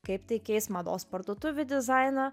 kaip tai keis mados parduotuvių dizainą